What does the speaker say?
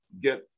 get